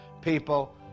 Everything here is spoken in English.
people